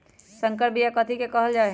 संकर बिया कथि के कहल जा लई?